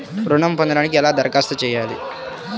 ఋణం పొందటానికి ఎలా దరఖాస్తు చేయాలి?